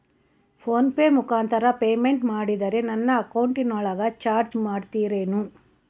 Phone pay ಮುಖಾಂತರ payment ಮಾಡಿದರೆ ನನ್ನ ಅಕೌಂಟಿನೊಳಗ ಚಾರ್ಜ್ ಮಾಡ್ತಿರೇನು?